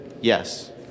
Yes